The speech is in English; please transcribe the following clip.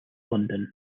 london